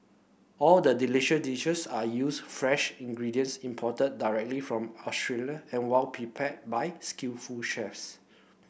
all the delicious dishes are used fresh ingredients imported directly from Australia and well prepared by skillful chefs